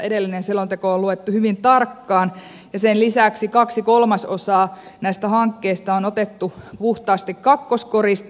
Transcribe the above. edellinen selonteko on luettu hyvin tarkkaan ja sen lisäksi kaksi kolmasosaa näistä hankkeista on otettu puhtaasti kakkoskorista